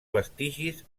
vestigis